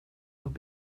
would